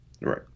right